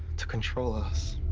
to control us.